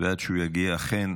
ועד שהוא יגיע, אכן,